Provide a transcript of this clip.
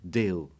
deel